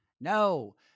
No